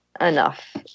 enough